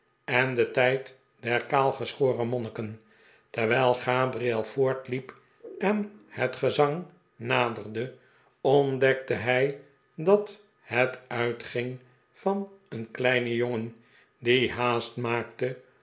en den tijd der kaalgeschoren monhiken terwijl gabriel voortliep en het gezang naderde ontdekte hij dat het uitging van een kleinen jongen die haast maakte